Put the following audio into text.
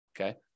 okay